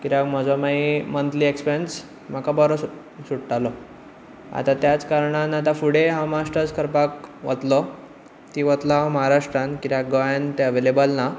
कित्याक म्हजो मागीर मंथली एक्सपेंस म्हाका बरो सुट्टालो आतां त्याच कारणान आतां फुडें हांव मास्टर्स करपाक वतलों ती वतलों हांव महाराष्ट्रांत कित्याक गोंयांत तें अवेलेबल ना